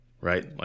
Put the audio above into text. right